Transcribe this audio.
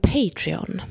Patreon